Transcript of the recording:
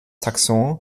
taxon